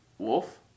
Wolf